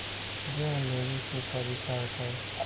ऋण लेवे के तरीका बताई?